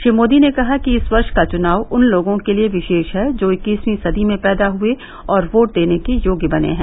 श्री मोदी ने कहा कि इस वर्ष का चुनाव उन लोगों के लिए विशेष है जो इक्कीसवीं सदी में पैदा हुए और वोट देने के योग्य बने हैं